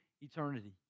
eternity